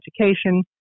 education